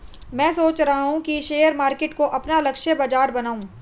मैं सोच रहा हूँ कि शेयर मार्केट को अपना लक्ष्य बाजार बनाऊँ